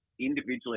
individually